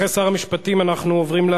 אחרי שר המשפטים אנחנו עוברים,